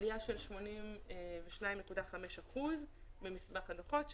עלייה של 82.5 אחוזים במספר הדוחות,